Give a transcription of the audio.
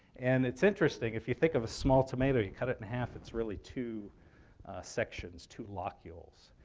and it's interesting. if you think of a small tomato you cut it in half it's really two sections, two locules.